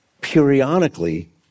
periodically